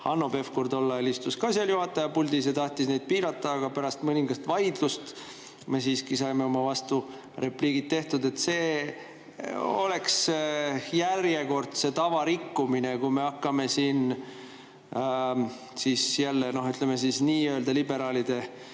Hanno Pevkur tollal istus seal juhataja puldis ja tahtis neid piirata, aga pärast mõningast vaidlust me siiski saime oma vasturepliigid tehtud. See oleks järjekordse tava rikkumine, kui me hakkame siin, ütleme, nii‑öelda liberaalide